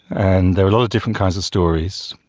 and there are a lot of different kinds of stories.